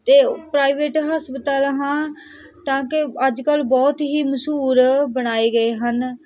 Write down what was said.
ਅਤੇ ਪ੍ਰਾਈਵੇਟ ਹਸਪਤਾਲ ਹਾਂ ਤਾਂ ਕਿ ਅੱਜ ਕੱਲ੍ਹ ਬਹੁਤ ਹੀ ਮਸ਼ਹੂਰ ਬਣਾਏ ਗਏ ਹਨ